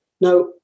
Now